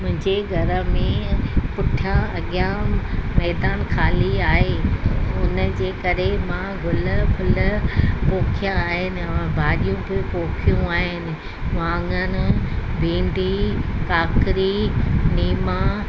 मुंहिंजे घर में पुठियां अॻियां मैदान ख़ाली आहे उन जे करे मां गुल फुल पोखिया आहिनि भाॼियूं बि पोखियूं आहिनि वाङण भींडी काकिड़ी लीमां